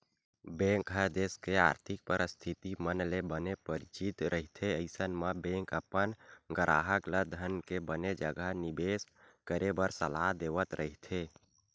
bank ह देस के आरथिक परिस्थिति मन ले बने परिचित रहिथे अइसन म बेंक अपन गराहक ल धन के बने जघा निबेस करे बर सलाह देवत रहिथे